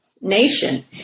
nation